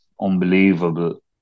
unbelievable